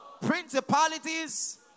principalities